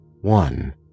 one